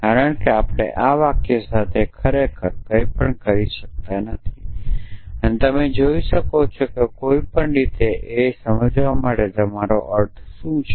કારણ કે આપણે આ વાક્યો સાથે ખરેખર કંઈપણ કરી શકતા નથી કારણ કે તમને અહીં જે જોઈએ છે તે કોઈક રીતે સમજવા માટે છે કે તમારો અર્થ શું છે